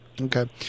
Okay